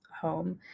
home